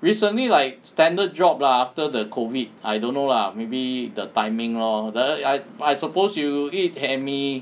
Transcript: recently like standard drop lah after the COVID I don't know lah maybe the timing lor the I I suppose you eat hae mee